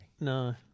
No